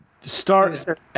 Start